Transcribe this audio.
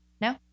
No